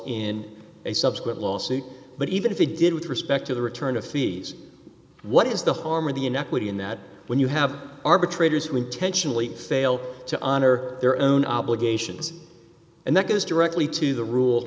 a subsequent lawsuit but even if it did with respect to the return of fees what is the harm of the inequity in that when you have arbitrators who intentionally fail to honor their own obligations and that goes directly to the rule